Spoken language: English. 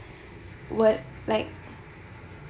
word like